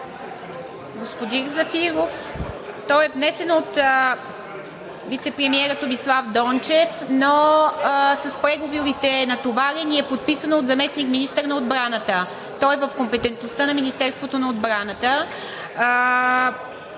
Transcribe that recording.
Господин Зафиров, той е внесен от вицепремиера Томислав Дончев, но с преговорите е натоварен и е подписано от заместник-министър на отбраната. Той е в компетентността на Министерството на отбраната.